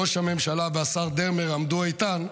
ראש הממשלה והשר דרמר עמדו איתן,